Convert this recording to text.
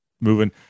moving